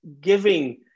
giving